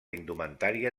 indumentària